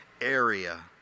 area